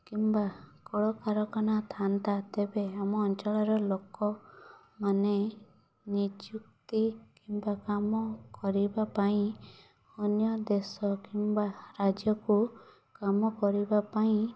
କିମ୍ବା କଳକାରଖାନା ଥାନ୍ତା ତେବେ ଆମ ଅଞ୍ଚଳର ଲୋକମାନେ ନିଯୁକ୍ତି କିମ୍ବା କାମ କରିବା ପାଇଁ ଅନ୍ୟ ଦେଶ କିମ୍ବା ରାଜ୍ୟକୁ କାମ କରିବା ପାଇଁ